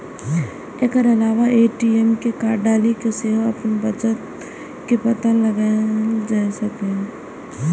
एकर अलावे ए.टी.एम मे कार्ड डालि कें सेहो अपन बचत के पता लगाएल जा सकैए